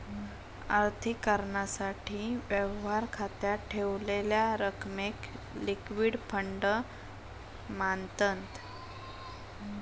आर्थिक कारणासाठी, व्यवहार खात्यात ठेवलेल्या रकमेक लिक्विड फंड मांनतत